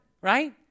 right